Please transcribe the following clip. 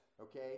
okay